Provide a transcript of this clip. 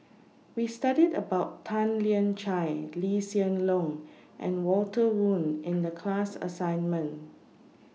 We studied about Tan Lian Chye Lee Hsien Loong and Walter Woon in The class assignment